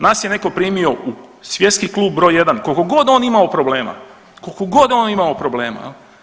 Nas je neko primio u svjetski klub broj 1 kolikogod on imao problema, kolikogod imao problema.